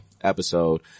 episode